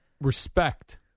respect